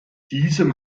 diesem